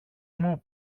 μου